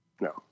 No